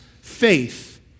faith